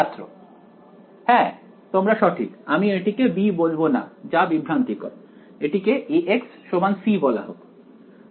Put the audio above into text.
ছাত্র হ্যাঁ তোমরা সঠিক আমি এটিকে b বলবো না যা বিভ্রান্তিকর এটিকে Ax c বলা হোক